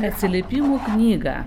atsiliepimų knygą